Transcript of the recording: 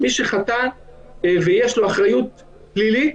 מי שחטא ויש לו אחריות פלילית